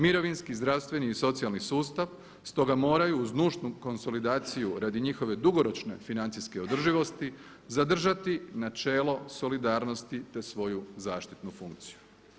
Mirovinski, zdravstveni i socijalni sustav stoga moraju uz nužnu konsolidaciju radi njihove dugoročne financijske održivosti zadržati načelo solidarnosti te svoju zaštitnu funkciju.